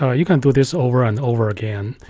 ah you can do this over and over again.